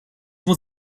muss